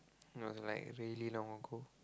it was like really no go